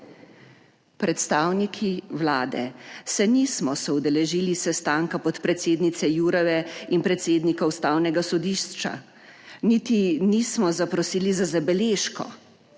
Predstavniki Vlade se nismo soudeležili sestanka podpredsednice Jourove in predsednika Ustavnega sodišča niti nismo zaprosili za zabeležko.